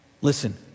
Listen